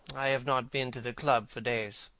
i have not been to the club for days.